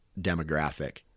demographic